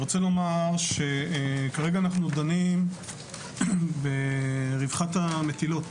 כרגע אנחנו דנים ברווחת המטילות,